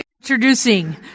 introducing